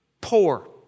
poor